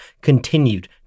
continued